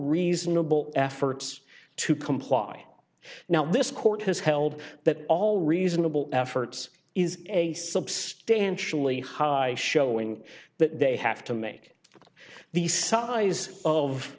reasonable efforts to comply now this court has held that all reasonable efforts is a substantially high showing that they have to make the size of